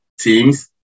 teams